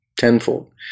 tenfold